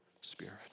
spirit